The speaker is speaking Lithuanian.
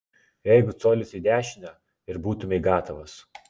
jeigu colis į dešinę ir būtumei gatavas